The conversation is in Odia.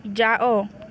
ଯାଅ